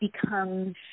becomes